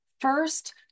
First